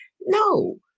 no